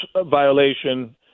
violation